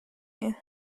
you